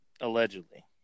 Allegedly